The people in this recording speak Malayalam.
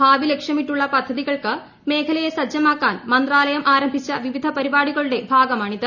ഭാവി ലക്ഷ്യമിട്ടുള്ള പദ്ധതികൾക്ക് മേഖലയെ സജ്ജമാക്കാൾ മന്ത്രാലയം ആരംഭിച്ച വിവിധ പരിപാടികളുടെ ഭാഗമാണിത്